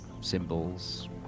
symbols